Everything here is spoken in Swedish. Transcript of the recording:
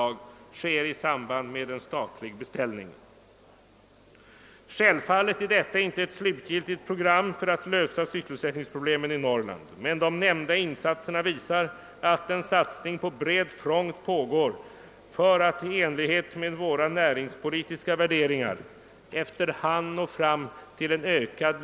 Därför är jag, herr Burenstam Linder, i dag tveksam när det gäller ett positivt svar på herr Burenstam Linders fråga, i vilken grad vi är beredda att ställa en stab av experter till dessa riksdagsledamöters förfogande för att de skall kunna fullgöra sitt uppdrag.